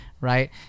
right